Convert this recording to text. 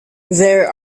there